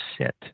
sit